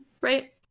right